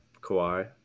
Kawhi